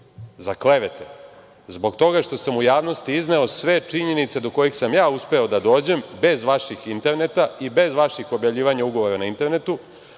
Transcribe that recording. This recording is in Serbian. za klevete zbog toga što sam u javnosti izneo sve činjenice do kojih sam ja uspeo da dođem, bez vaših interneta i bez vaših objavljivanja ugovora na internetu,